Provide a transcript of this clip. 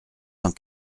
cent